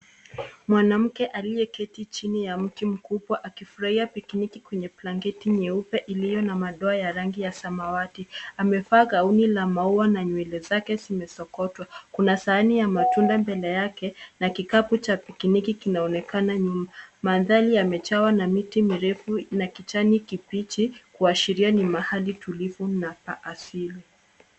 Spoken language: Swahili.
Mwanamke aliyeketi chini ya mti mkubwa akifurahia pikniki kwenye blanketi nyeupe iliyo na madoa ya rangi ya samawati. Amevaa gauni la maua na nywele zake zimesokotwa. kuna sahani ya matunda mbele yake na kikapu cha pikiniki kinaonekana nyuma. Mandhari yamejawa na miti mirefu ya kijani kibichi kuashiria ni mahali tulivu na pa asili.